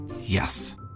Yes